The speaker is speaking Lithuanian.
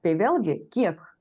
tai vėlgi kiek